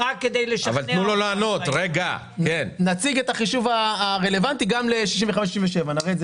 נציג את החישוב הרלוונטי גם להעלאת גיל הפרישה מ-65 ל-67.